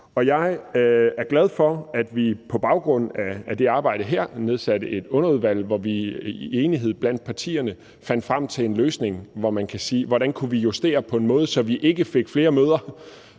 jeg er glad for, at vi på baggrund af det her arbejde nedsatte et underudvalg, hvor vi i enighed blandt partierne fandt frem til en løsning på, hvordan vi kan justere det på en måde, så vi ikke får flere møder